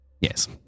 Yes